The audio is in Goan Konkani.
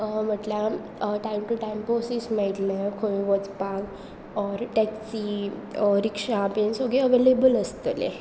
म्हटल्यार टायम टू टायम बोसीस मेळटलें खंय वचपाक ऑर टॅक्सी रिक्क्षा बीन सगळीं अवेलेबल आसतले